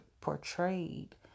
portrayed